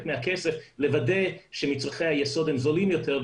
מהכסף לוודא שמצרכי היסוד הם זולים יותר,